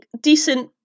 decent